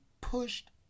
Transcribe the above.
pushed